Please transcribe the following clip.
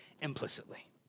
implicitly